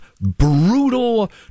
brutal